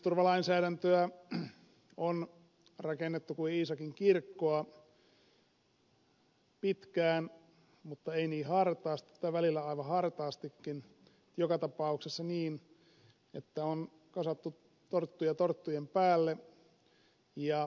työttömyysturvalainsäädäntöä on rakennettu kuin iisakin kirkkoa pitkään mutta ei niin hartaasti tai välillä aivan hartaastikin joka tapauksessa niin että on kasattu torttuja torttujen päälle